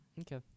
Okay